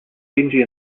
benji